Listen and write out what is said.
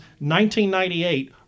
1998